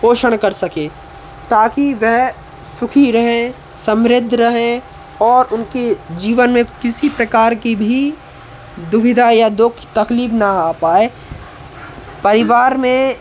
पोषण कर सकें ताकि व सुखी रहें समृद्ध रहें और उनकी जीवन में किसी प्रकार की भी दुविधा या दुख तकलीफ न आ पाए परिवार में